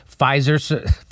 Pfizer